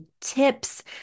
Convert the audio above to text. tips